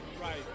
Right